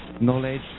knowledge